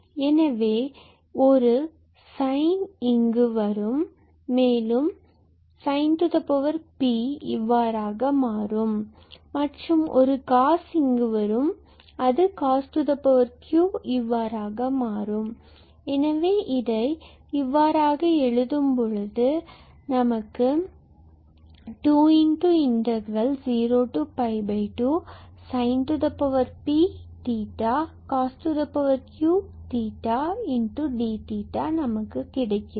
எனவே ஒரு sin இங்கு வரும் மேலும்sinp𝜃 இவ்வாறாக மாறும் மற்றும் ஒரு cos இங்கு வரும் அது cosq𝜃 இவ்வாறாக மாறும் எனவே அதை இவ்வாறாக எழுதும்போது 202sinp cosq𝑑𝜃 நமக்கு கிடைக்கிறது